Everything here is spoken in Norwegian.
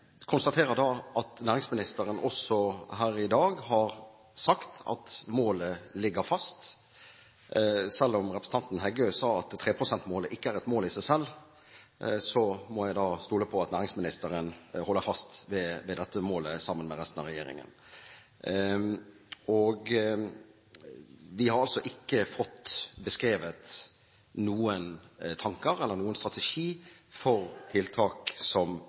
at næringsministeren også her i dag har sagt at målet ligger fast. Selv om representanten Heggø sa at 3 pst.-målet ikke er et mål i seg selv, må jeg stole på at næringsministeren holder fast ved dette målet sammen med resten av regjeringen. Vi har ikke fått beskrevet noen tanker eller noen strategi for tiltak som